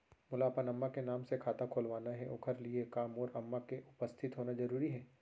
मोला अपन अम्मा के नाम से खाता खोलवाना हे ओखर लिए का मोर अम्मा के उपस्थित होना जरूरी हे?